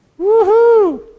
Woohoo